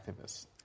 activists